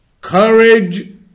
courage